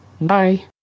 Bye